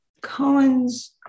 Cohen's